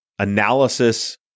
analysis